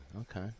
Okay